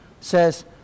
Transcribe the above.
says